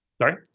Sorry